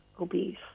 obese